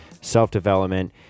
self-development